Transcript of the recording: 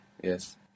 Yes